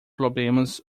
problemas